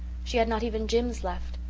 she had not even jims left.